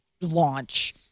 launch